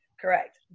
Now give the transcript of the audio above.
Correct